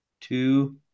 two